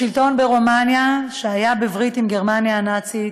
השלטון ברומניה, שהיה בברית עם גרמניה הנאצית,